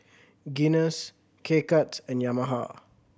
Guinness K Cuts and Yamaha